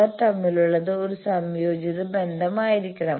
അവർ തമ്മിലുള്ളത് ഒരു സംയോജിത ബന്ധം ആയിരിക്കണം